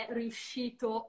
riuscito